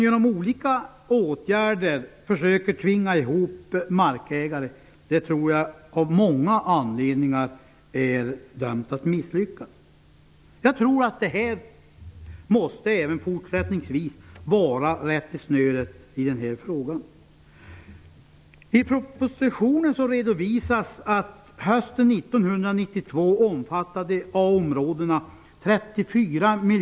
Jag tror, av många anledningar, att det är dömt att misslyckas om man försöker tvinga ihop markägare genom olika åtgärder.